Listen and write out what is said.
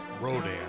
Rodan